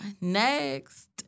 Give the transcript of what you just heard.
next